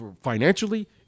financially